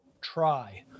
Try